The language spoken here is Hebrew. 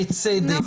בצדק,